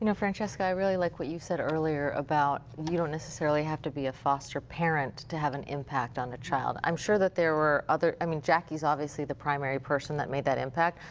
you know francesca, i like what you said earlier about you don't necessarily have to be a foster parent to have an impact on the child. i'm sure that there were other, i mean jackie is obviously the primary person that made that impact.